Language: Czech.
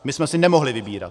My jsme si nemohli vybírat.